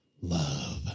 love